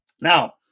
Now